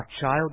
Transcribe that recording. child